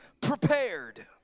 prepared